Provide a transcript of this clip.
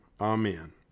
Amen